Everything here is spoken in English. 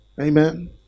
Amen